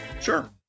Sure